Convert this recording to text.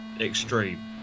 extreme